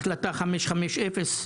החלטה 550,